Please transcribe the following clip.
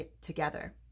together